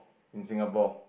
in Singapore